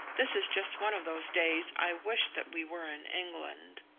this is just one of those days i wish that we were in england.